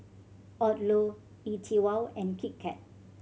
Odlo E Twow and Kit Kat